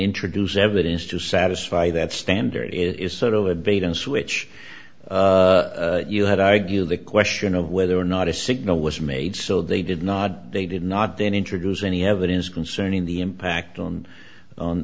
introduce evidence to satisfy that standard it is sort of a bait and switch you have argued the question of whether or not a signal was made so they did not they did not then introduce any evidence concerning the impact on